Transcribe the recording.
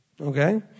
Okay